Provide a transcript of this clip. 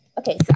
Okay